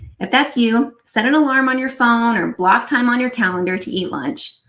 if that is you, set an alarm on your phone, or block time on your calendar to eat lunch.